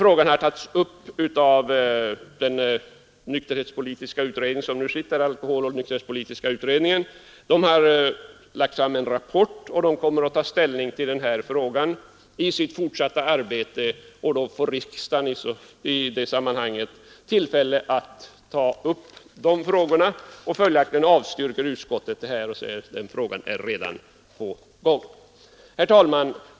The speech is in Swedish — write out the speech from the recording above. Frågan har tagits upp av alkoholpolitiska utredningen som lagt fram en rapport och kommer att ta ställning till frågan i sitt fortsatta arbete. I det sammanhanget får riksdagen tillfälle att behandla saken. Följaktligen avstyrker utskottet motionen med hänvisning till att frågan redan är under behandling. Herr talman!